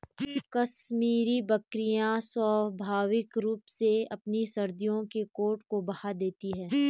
कश्मीरी बकरियां स्वाभाविक रूप से अपने सर्दियों के कोट को बहा देती है